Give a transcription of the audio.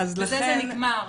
בזה זה נגמר.